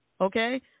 Okay